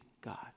God